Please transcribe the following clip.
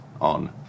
on